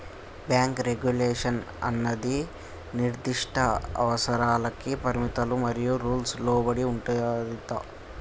bank regulation అన్నది నిర్దిష్ట అవసరాలకి పరిమితులు మరియు రూల్స్ కి లోబడి ఉంటుందిరా